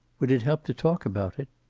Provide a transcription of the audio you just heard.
would it help to talk about it?